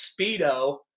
Speedo